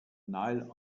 nile